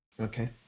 Okay